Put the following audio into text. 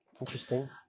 interesting